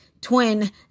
twin